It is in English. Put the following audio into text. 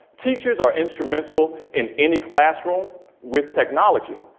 teachers are instrumental in any classroom with technology.